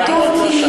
מה שכתוב פה.